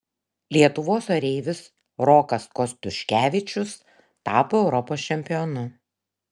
lietuvos oreivis rokas kostiuškevičius tapo europos čempionu